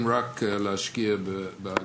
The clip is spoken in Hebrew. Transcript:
הישיבה המאתיים-ותשעים-ושלוש של